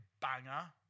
banger